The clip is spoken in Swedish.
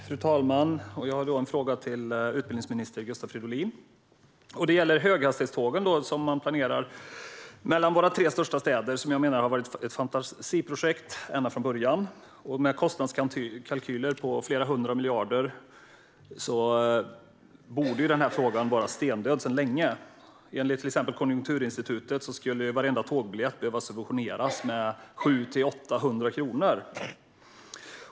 Fru talman! Jag har en fråga till utbildningsminister Gustav Fridolin. Det gäller de höghastighetståg som man planerar mellan våra tre största städer och som jag menar har varit ett fantasiprojekt ända från början. Med kostnadskalkyler på flera hundra miljarder borde denna fråga vara stendöd sedan länge. Enligt till exempel Konjunkturinstitutet skulle varenda tågbiljett behöva subventioneras med 700-800 kronor.